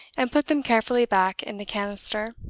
and put them carefully back in the canister.